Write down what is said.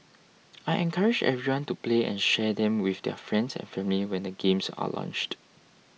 I encourage everyone to play and share them with their friends and family when the games are launched